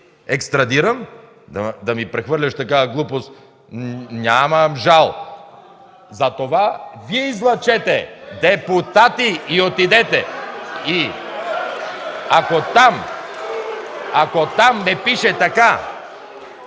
екстрадирам, да ми прехвърляш такава глупост – нямам жал! Затова Вие излъчете депутати и отидете. И ако там не пише така...